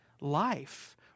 life